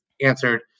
answered